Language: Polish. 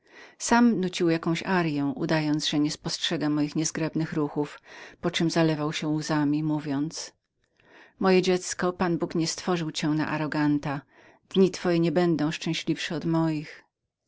sam nócił jakąś aryą udawał że niedowidzi poczem zalewał się łzami mówiąc moje dziecko pan bóg niestworzył cię na zuchwalca dni twoje nie będą szczęśliwszemi od moich